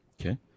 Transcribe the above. Okay